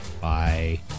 Bye